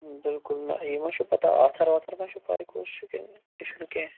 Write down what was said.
بلکُل نہ یہِ ما چھُو پَتہ آتھوار آتھوار ما چھُو پَے کُس چھُ کِنہٕ تہِ چھُنہٕ کینٛہہ